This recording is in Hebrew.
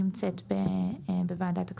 נמצאת בוועדת הכספים.